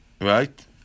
Right